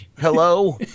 Hello